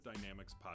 Dynamics